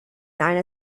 nine